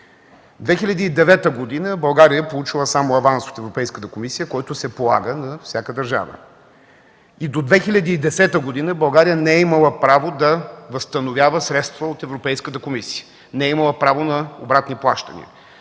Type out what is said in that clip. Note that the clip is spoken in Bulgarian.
девета година България е получила само аванс от Европейската комисия, който се полага на всяка държава и до 2010 г. България не е имала право да възстановява средства от Европейската комисия, не е имала право на обратни плащания.